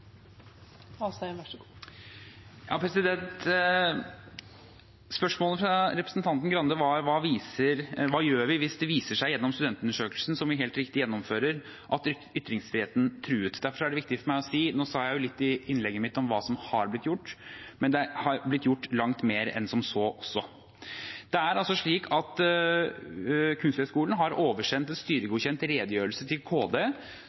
Spørsmålet fra representanten Skei Grande var hva vi gjør hvis det viser seg gjennom studentundersøkelsen, som vi helt riktig gjennomfører, at ytringsfriheten er truet. Derfor er det viktig for meg å si – og jeg sa litt i innlegget mitt om hva som har blitt gjort – at det har blitt gjort langt mer enn som så. Kunsthøgskolen har oversendt en styregodkjent redegjørelse til Kunnskapsdepartementet som bakgrunnsinformasjon og med status for hvordan denne situasjonen er på Kunsthøgskolen.